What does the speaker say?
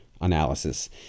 analysis